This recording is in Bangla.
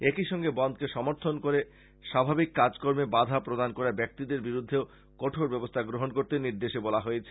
একইসঙ্গে বনধকে সমর্থন করে স্বাভাবিক কাজকর্মে বাঁধা প্রদান করা ব্যাক্তিদের বিরুদ্ধে কঠোর ব্যবস্থা গ্রহণ করারও নির্দেশ দেওয়া হয়েছে